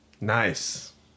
Nice